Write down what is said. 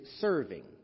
serving